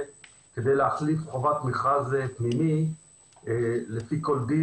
כדי להחליף חובת מכרז פנימי לפי כל דין,